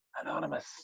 Anonymous